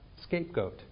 scapegoat